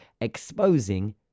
exposing